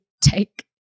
take